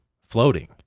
floating